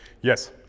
yes